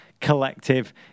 collective